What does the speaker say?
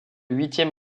huitième